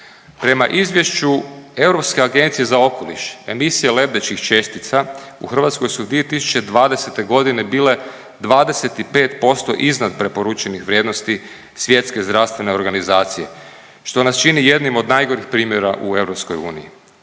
Prema izvješću Europske agencije za okoliš emisije lebdećih čestica u Hrvatskoj su 2020. godine bile 25% iznad preporučenih vrijednosti Svjetske zdravstvene organizacije što nas čini jednim od najgorih primjera u EU.